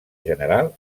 general